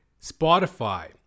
Spotify